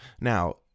Now